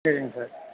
சரிங்க சார்